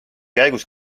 käigus